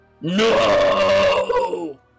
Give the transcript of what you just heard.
no